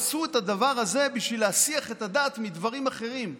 עשו את הדבר הזה בשביל להסיח את הדעת מדברים אחרים.